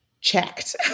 checked